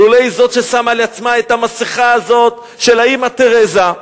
לולא היא זאת ששמה על עצמה את המסכה הזאת של אמא תרזה,